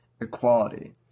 equality